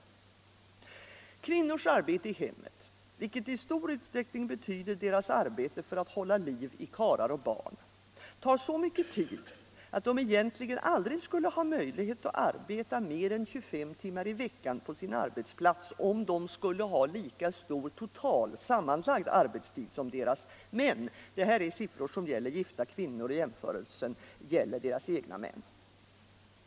Kvinnors arbete i hemmet, vilket i-stor utsträckning betyder deras arbete för att hålla liv i karlar och barn. tar så mycket tid att de egentligen aldrig skulle ha möjlighet att arbeta mer än 25 timmar i veckan på sin arbetsplats, om de skulle ha lika stor sammanlagd arbetstid som sina män. Siffran avser gifta kvinnor och jämförelsen gäller deras egna män.